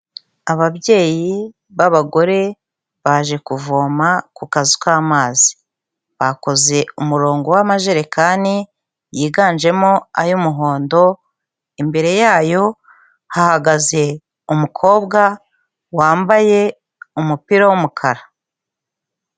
Ababyeyi b'abagore baje kuvoma ku kazu k'amazi, bakoze umurongo w'amajerekani yiganjemo ay'umuhondo, imbere ya yo hahagaze umukobwa wambaye umupira w'umukara.